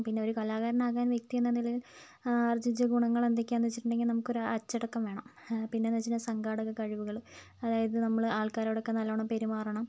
പിന്നെ ഒരു കലാകാരനാകാൻ വ്യക്തിയെന്ന നിലയിൽ ആർജിച്ച ഗുണങ്ങൾ എന്തൊക്കെയാന്ന് വെച്ചിട്ടുണ്ടെങ്കിൽ നമുക്ക് ഒരു അച്ചടക്കം വേണം പിന്നേന്ന് വെച്ച് കഴിഞ്ഞാൽ സങ്കാടകക്കഴിവുകൾ അതായത് നമ്മൾ ആൾക്കാരോടൊക്കെ നല്ലോണം പെരുമാറണം